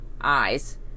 eyes